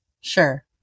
Sure